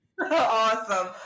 Awesome